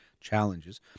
challenges